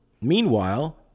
meanwhile